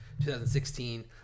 2016